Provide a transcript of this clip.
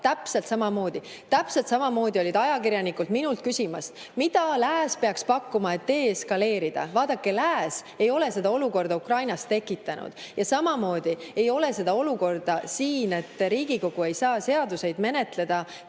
Täpselt samamoodi küsisid ajakirjanikud minult, mida lääs peaks pakkuma, et deeskaleerida. Vaadake, lääs ei ole seda olukorda Ukrainas tekitanud ja samamoodi ei ole seda olukorda, et Riigikogu ei saa seadus[eelnõusid] menetleda,